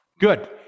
Good